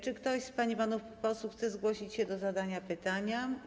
Czy ktoś z pań i panów posłów chce zgłosić się do zadania pytania?